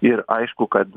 ir aišku kad